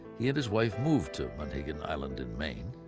he and his wife moved to monhegan island in maine,